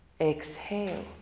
Exhale